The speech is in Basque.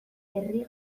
herri